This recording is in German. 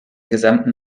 gesamten